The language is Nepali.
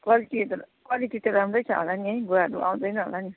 क्वालिटी त क्वालिटी त राम्रो छ होला नि है भुवाहरू आउँदैन होला नि है